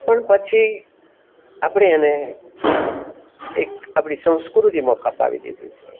પણ પછી આપણે એને એક આપણી સંસ્કૃતિમાં ખપાવી દીધું છે